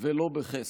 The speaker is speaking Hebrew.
ולא בחסד.